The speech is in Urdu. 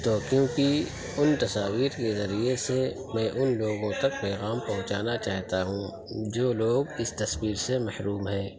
تو کیونکہ ان تصاویر کے ذریعے سے میں ان لوگوں تک پیغام پہنچانا چاہتا ہوں جو لوگ اس تصویر سے محروم ہیں